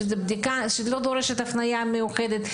שזאת בדיקה שלא דורשת הפניה מיוחדת,